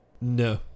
No